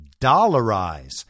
dollarize